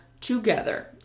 together